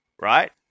right